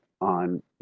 on